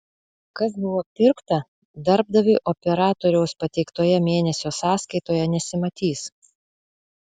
kas buvo pirkta darbdaviui operatoriaus pateiktoje mėnesio sąskaitoje nesimatys